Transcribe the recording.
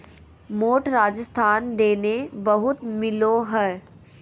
मोठ राजस्थान दने बहुत मिलो हय